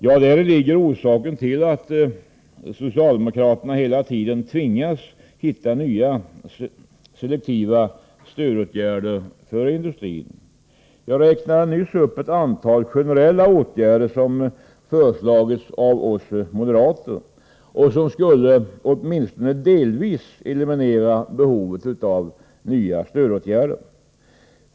Ja, däri ligger orsaken till att socialdemokraterna hela tiden tvingas hitta nya selektiva Jag räknade nyss upp ett antal generella åtgärder som föreslagits av oss moderater och som åtminstone delvis skulle eliminera behovet av nya stödåtgärder.